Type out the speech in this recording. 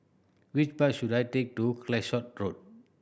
which bus should I take to Calshot Road